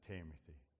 Timothy